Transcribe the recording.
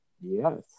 yes